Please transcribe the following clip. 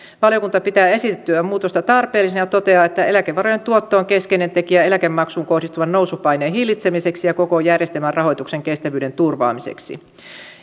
valiokunta pitää esitettyä muutosta tarpeellisena ja toteaa että eläkevarojen tuotto on keskeinen tekijä eläkemaksuun kohdistuvan nousupaineen hillitsemiseksi ja koko järjestelmän rahoituksen kestävyyden turvaamiseksi